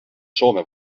soome